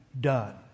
done